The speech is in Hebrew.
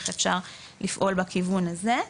איך אפשר לפעול בכיוון הזה.